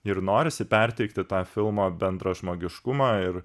ir norisi perteikti tą filmo bendrą žmogiškumą ir